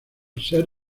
ser